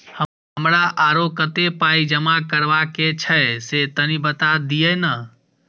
हमरा आरो कत्ते पाई जमा करबा के छै से तनी बता दिय न?